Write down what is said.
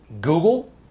Google